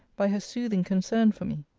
by her soothing concern for me.